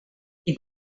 qui